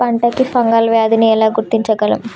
పంట కి ఫంగల్ వ్యాధి ని ఎలా గుర్తించగలం?